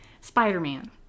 Spider-Man